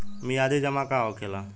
मियादी जमा का होखेला?